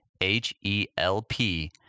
H-E-L-P